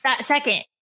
Second